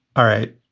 all right.